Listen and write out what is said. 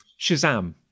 Shazam